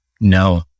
no